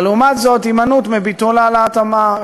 אבל לעומת זאת הימנעות מביטול העלאת המע"מ.